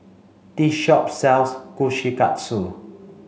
this shop sells Kushikatsu